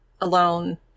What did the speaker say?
alone